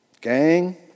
Gang